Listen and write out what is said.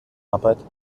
arbeit